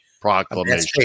proclamation